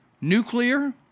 nuclear